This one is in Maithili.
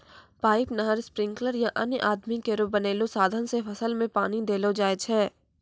पाइप, नहर, स्प्रिंकलर या अन्य आदमी केरो बनैलो साधन सें फसल में पानी देलो जाय छै